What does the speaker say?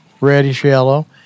reddish-yellow